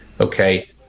Okay